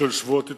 שבועות התנסות,